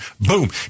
boom